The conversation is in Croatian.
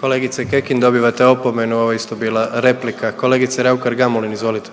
Kolegice Kekin dobivate opomenu ovo je isto bila replika. Kolegice Raukar Gamulin izvolite.